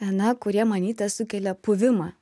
na kurie manyta sukelia puvimą